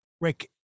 Rick